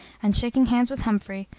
and, shaking hands with humphrey,